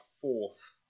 fourth